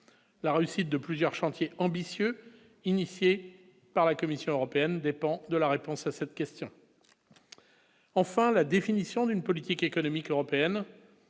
la réussite de plusieurs chantiers ambitieux initié par la Commission européenne dépend de la réponse à cette question, enfin la définition d'une politique économique européenne